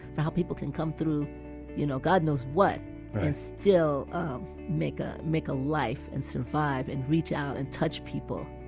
for how people can come through you know god knows what and still um make ah make a life, and survive, and reach out and touch people